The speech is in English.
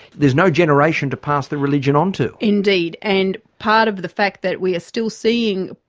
there's no generation to pass the religion on to. indeed, and part of the fact that we still seeing,